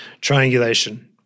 Triangulation